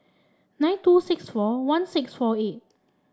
nine two six four one six four eight